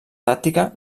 tàctica